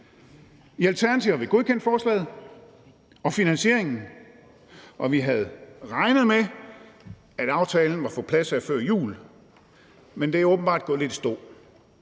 I Alternativet har vi godkendt forslaget og finansieringen, og vi havde regnet med, at aftalen var på plads her før jul, men det er åbenbart gået lidt i stå.